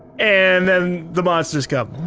and then the monsters come.